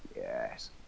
yes